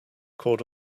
called